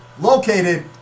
located